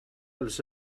els